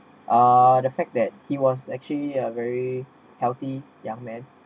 uh the fact that he was actually a very healthy young man